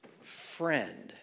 friend